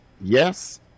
Yes